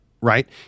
right